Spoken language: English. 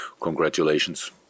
congratulations